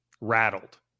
rattled